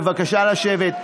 בבקשה לשבת.